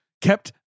kept